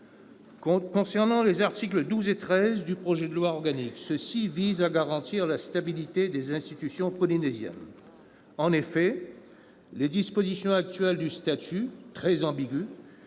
polynésiennes. Les articles 12 et 13 du projet de loi organique visent, quant à eux, à garantir la stabilité des institutions polynésiennes. En effet, les dispositions actuelles du statut, très ambiguës,